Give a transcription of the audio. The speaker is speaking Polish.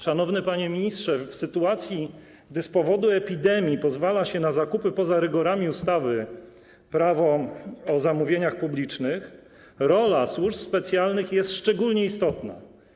Szanowny panie ministrze, w sytuacji gdy z powodu epidemii pozwala się na zakupy poza rygorami ustawy - Prawo zamówień publicznych, rola służ specjalnych jest szczególnie istotna.